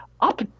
up